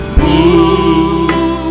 move